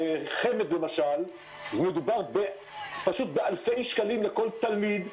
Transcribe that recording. בחמ"ד למשל מדובר באלפי שקלים לכל תלמיד.